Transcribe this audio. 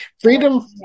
freedom